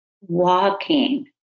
walking